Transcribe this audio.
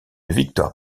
victoire